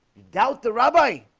doubt the rabbi